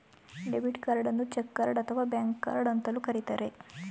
debit ಕಾರ್ಡನ್ನು check card ಅಥವಾ bank card ಅಂತಲೂ ಕರಿತರೆ